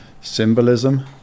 symbolism